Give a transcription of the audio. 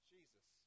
Jesus